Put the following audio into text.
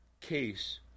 case